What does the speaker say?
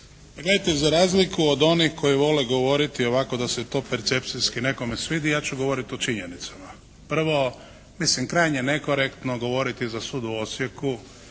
Gledajte! Za razliku od onih koji vole govoriti ovako da se to percepcijski nekome svidi, ja ću govoriti o činjenicama. Prvo. Mislim, krajnje nekorektno govoriti za sud u Osijeku.